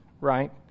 right